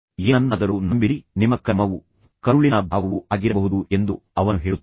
ಏನನ್ನಾದರೂ ನಂಬಿರಿ ಅದು ನಿಮ್ಮ ಕರ್ಮವೂ ಆಗಿರಬಹುದು ಆದ್ದರಿಂದ ಅದು ನಿಮ್ಮ ಕರುಳಿನ ಭಾವವೂ ಆಗಿರಬಹುದು ಎಂದು ಅವನು ಹೇಳುತ್ತಾನೆ